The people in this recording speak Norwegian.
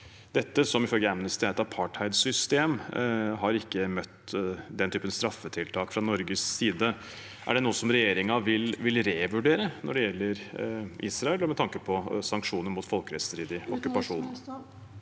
dette, som ifølge Amnesty er et apartheidsystem, har ikke møtt den typen straffetiltak fra Norges side. Er det noe regjeringen vil revurdere når det gjelder Israel, og med tanke på sanksjoner mot folkerettsstridig okkupasjon?